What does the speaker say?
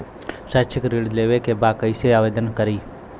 शैक्षिक ऋण लेवे के बा कईसे आवेदन करी?